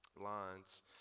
lines